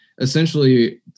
essentially